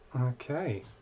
Okay